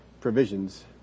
provisions